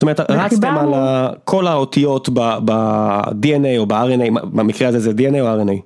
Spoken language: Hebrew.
זאת אומרת רצת על כל האותיות ב-DNA או ב-RNA, במקרה הזה זה DNA או RNA.